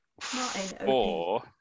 four